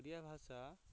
ଓଡ଼ିଆ ଭାଷା